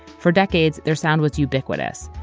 for decades their sound was ubiquitous,